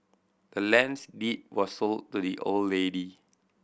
the land's deed was sold to the old lady